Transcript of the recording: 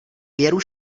věru